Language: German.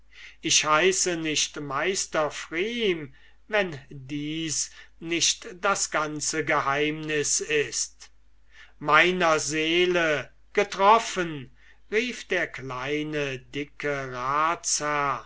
ich heiße nicht meister pfrieme wenn dies nicht das ganze geheimnis ist mein seele getroffen rief der kleine dicke